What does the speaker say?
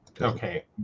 Okay